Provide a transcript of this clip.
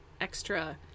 extra